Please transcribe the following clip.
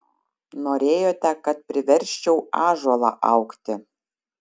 norėjote kad priversčiau ąžuolą augti